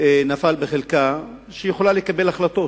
נפל בחלקה שהיא יכולה לקבל החלטות,